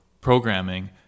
programming